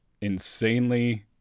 insanely